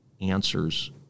answers